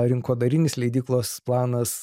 rinkodarinis leidyklos planas